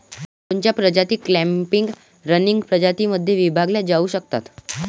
बांबूच्या प्रजाती clumping, running प्रजातीं मध्ये विभागल्या जाऊ शकतात